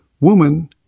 Woman